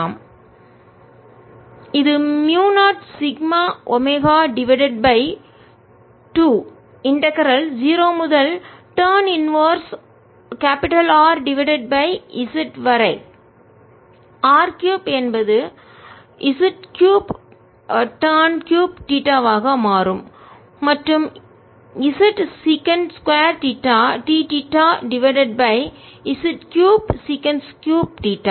rztanθdrzsec2θdθ B0σω2 0Rz z3θ zθdθ z3 0σωz2 0Rz dθ 0σωz2 0Rz dcosθ 0σωz2 1ZR2z21 x2x2dx xcosθ இது mu 0 sigma omega divided by 2 integral ஒருங்கிணைப்பின் 0 முதல் tan inverse தலைகீழ் R divided by z வரை r 3 என்பது z 3டான் 3 தீட்டாவாக மாறும் மற்றும் z secant 2 theta d theta divided by z 3 secant 3 theta